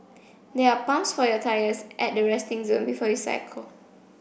there are pumps for your tyres at the resting zone before you cycle